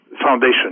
foundation